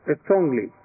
strongly